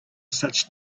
such